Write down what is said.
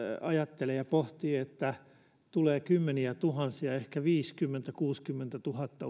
ajattelee ja pohtii että tulee kymmeniätuhansia ehkä viisikymmentätuhatta viiva kuusikymmentätuhatta